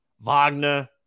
Wagner